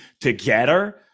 together